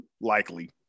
Likely